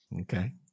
Okay